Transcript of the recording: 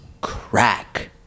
crack